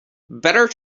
better